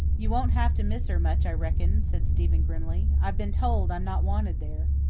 you won't have to miss her much, i reckon, said stephen grimly. i've been told i'm not wanted there.